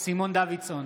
סימון דוידסון,